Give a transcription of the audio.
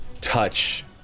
touch